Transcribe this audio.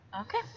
Okay